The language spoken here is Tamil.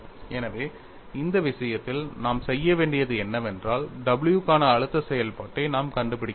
எனவே இந்த விஷயத்தில் நாம் செய்ய வேண்டியது என்னவென்றால் w க்கான அழுத்த செயல்பாட்டை நாம் கண்டுபிடிக்க வேண்டும்